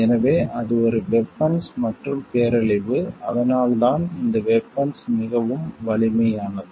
எனவே அது ஒரு வெபன்ஸ் மற்றும் பேரழிவு அதனால் தான் இந்த வெபன்ஸ் மிகவும் வலிமையானது